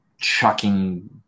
chucking